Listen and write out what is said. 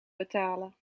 betalen